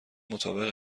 مطابق